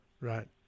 Right